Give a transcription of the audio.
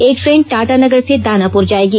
एक ट्रेन टाटानगर से दानापूर जाएगी